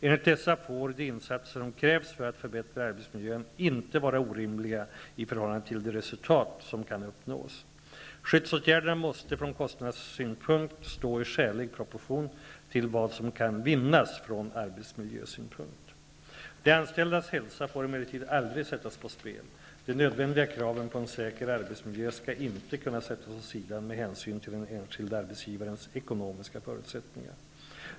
Enligt dessa får de insatser som krävs för att förbättra arbetsmiljön inte vara orimliga i förhållande till de resultat som kan uppnås. Skyddsåtgärderna måste från kostnadssynpunkt stå i skälig proportion till vad som kan vinnas från arbetsmiljösynpunkt. De anställdas hälsa får emellertid aldrig sättas på spel. De nödvändiga kraven på en säker arbetsmiljö skall inte kunna sättas åt sidan med hänsyn till den enskilde arbetsgivarens ekonomiska förutsättningar.